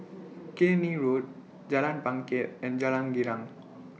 Killiney Road Jalan Bangket and Jalan Girang